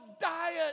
diet